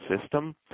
system